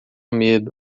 medo